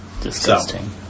Disgusting